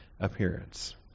appearance